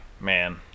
Man